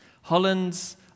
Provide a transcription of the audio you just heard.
Holland's